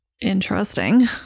Interesting